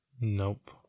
Nope